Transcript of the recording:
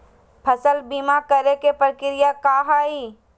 फसल बीमा करे के प्रक्रिया का हई?